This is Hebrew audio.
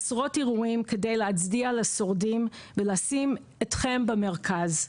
עשרות אירועים התקיימו כדי להצדיע לשורדים וכדי לשים אתכם במרכז.